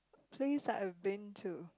place that I've been to